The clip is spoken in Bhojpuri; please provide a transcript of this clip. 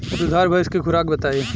दुधारू भैंस के खुराक बताई?